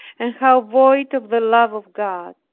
and how void of the love of god!